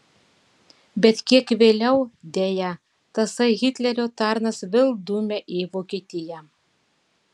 bet kiek vėliau deja tasai hitlerio tarnas vėl dumia į vokietiją